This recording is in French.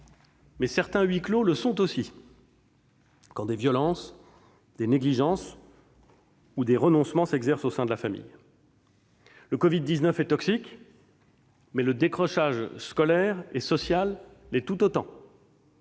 mais certains huis clos le sont aussi quand des violences, des négligences ou des renoncements s'exercent au sein de la famille. Le Covid-19 est toxique, mais le décrochage scolaire et social l'est tout autant.